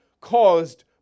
caused